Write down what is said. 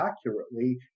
accurately